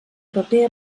paper